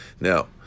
now